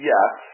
Yes